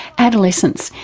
adolescence,